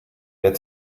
der